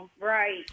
right